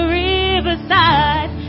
riverside